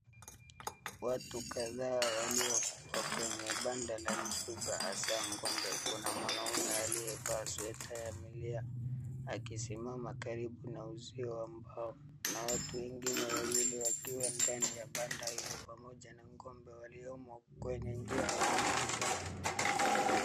Watu kadhaa waliokuwa kwenye banda la mifugo hasa ng'ombe. Kuna mwanaume aliyevaa sweater ya milia akisimama karibu na uzio wa mbao na watu wengine wawili wakiwa ndani ya banda hilo pamoja na ng'ombe waliyomo kwenye njia ya kupitisha.